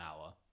hour